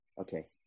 Okay